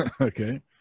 Okay